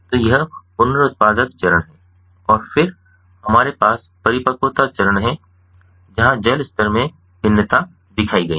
तो यह पुनस्र्त्पादक चरण है और फिर हमारे पास परिपक्वता चरण है जहां जल स्तर में भिन्नताएं दिखाई गई हैं